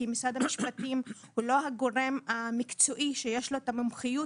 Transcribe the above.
כי משרד המשפטים הוא לא הגורם המקצועי שיש לו את המומחיות